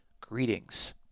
Greetings